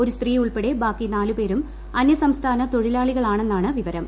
ഒരു സ്ത്രീ ഉൾപ്പടെ ബാക്കി നാലുപേരും അന്യസംസ്ഥാന തൊഴിലാളികളാണെന്നാണ് വിവരം